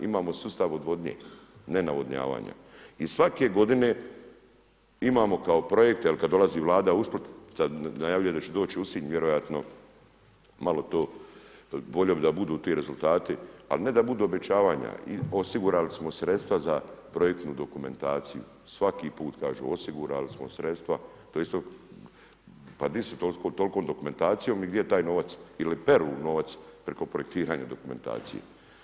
Imamo sustav odvodnje, ne navodnjavanja i svake godine imamo kao projekt jer kad dolazi Vlada, ... sad najavljuje da će doći u Sinj, vjerojatno malo to, volio bi da budu ti rezultati ali ne da budu obećavanja i osigurali smo sredstva za projektnu dokumentaciju, svaki put kažu, osigurali smo sredstva, to je isto, pa di su sa toliko dokumentacijom i gdje je taj novac, je li peru nova preko projektiranja dokumentacije.